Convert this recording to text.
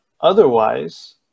otherwise